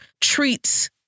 treats